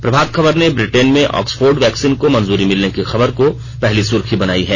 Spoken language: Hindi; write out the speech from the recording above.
प्रभात खबर ने ब्रिटेन में ऑक्सफोर्ड वैक्सीन को मंजूरी मिलने की खबर को पहली सुर्खी बनाई है